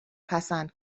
پسند